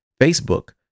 facebook